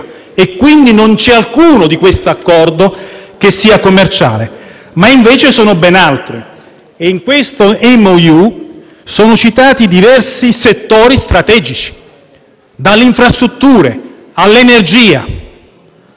Nel MOU sono citati diversi settori strategici. Le infrastrutture, l'energia, le telecomunicazioni sono citate nel MOU perché riguardano questa materia,